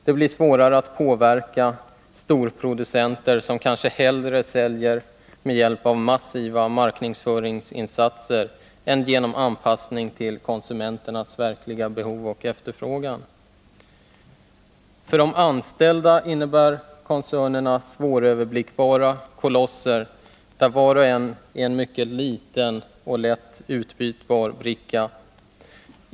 Det blir svårare att påverka storproducenter, som kanske hellre säljer med hjälp av massiva marknadsföringsinsatser än genom anpassning till konsumenternas verkliga behov och efterfrågan. För de anställda innebär koncernerna svåröverblickbara kolosser, där var och en är en mycket liten och lätt utbytbar bricka.